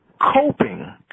coping